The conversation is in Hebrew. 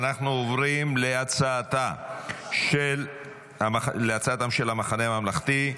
אנחנו עוברים להצעה של המחנה הממלכתי.